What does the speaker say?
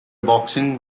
boxing